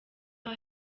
aho